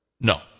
No